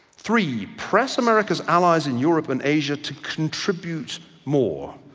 three, press americas allies in europe and asia to contribute more.